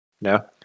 No